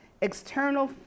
external